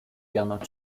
gernot